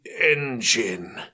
engine